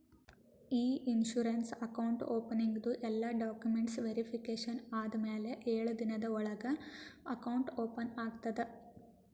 E insurance account ಓಪನಿಂಗ್ದು ಎಲ್ಲಾ documents verification ಆದಮ್ಯಾಲ ಎಳು ದಿನದ ಒಳಗ ಅಕೌಂಟ್ ಓಪನ್ ಆಗ್ತದ